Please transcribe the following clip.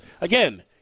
Again